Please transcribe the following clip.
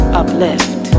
uplift